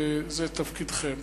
זה תפקידכם,